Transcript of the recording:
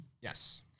Yes